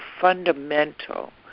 fundamental